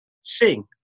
sing